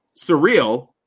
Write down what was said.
surreal